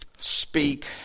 Speak